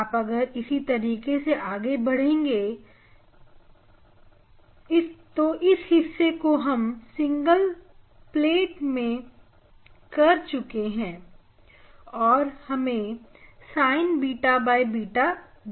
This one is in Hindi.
आप अगर इसी तरीके से आगे बढ़ेंगे इस हिस्से को हम सिंगल प्लेट में कर चुके हैं और यह हमें Sinββ देगा